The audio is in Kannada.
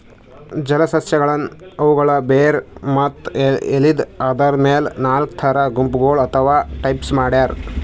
ಜಲಸಸ್ಯಗಳನ್ನ್ ಅವುಗಳ್ ಬೇರ್ ಮತ್ತ್ ಎಲಿದ್ ಆಧಾರದ್ ಮೆಲ್ ನಾಲ್ಕ್ ಥರಾ ಗುಂಪಗೋಳ್ ಅಥವಾ ಟೈಪ್ಸ್ ಮಾಡ್ಯಾರ